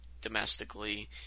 domestically